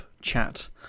chat